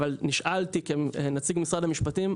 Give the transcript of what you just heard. אבל נשאלתי כנציג משרד המשפטים,